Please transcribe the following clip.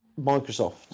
Microsoft